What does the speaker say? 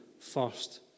first